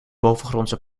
bovengrondse